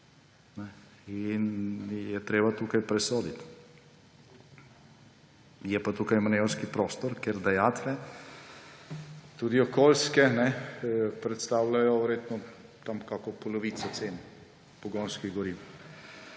In je treba tukaj presoditi. Je pa tukaj manevrski prostor, ker dajatve, tudi okoljske, predstavljajo verjetno okoli polovico cene pogonskih goriv.